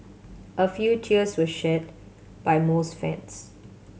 a few tears were shed by most fans